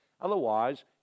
otherwise